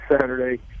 Saturday